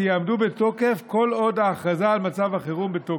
יעמדו בתוקף כל עוד ההכרזה על מצב החירום בתוקף.